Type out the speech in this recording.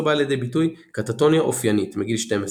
בא לידי ביטוי "קטטוניה אופיינית" מגיל שתים-עשרה,